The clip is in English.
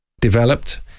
developed